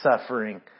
suffering